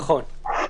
נכון.